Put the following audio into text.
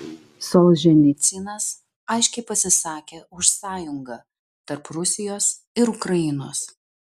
solženicynas aiškiai pasisakė už sąjungą tarp rusijos ir ukrainos